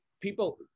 people